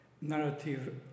narrative